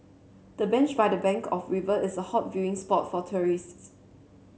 the bench by the bank of river is a hot viewing spot for tourists